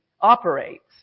operates